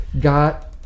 got